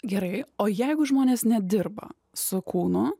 gerai o jeigu žmonės nedirba su kūnu